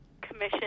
commission